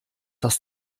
das